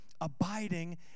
abiding